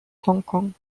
hongkong